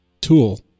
tool